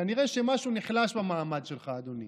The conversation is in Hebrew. כנראה שמשהו נחלש במעמד שלך, אדוני.